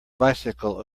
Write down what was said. bicycle